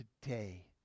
today